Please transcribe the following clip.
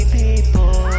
people